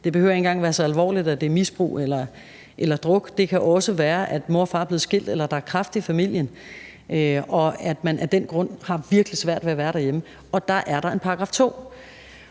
det behøver ikke engang at være så alvorligt, at det er misbrug eller druk, det kan også være, at mor og far er blevet skilt, eller at der er kræft i familien, og at man af den grund har virkelig svært ved at være derhjemme. Og her kommer § 2